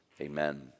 amen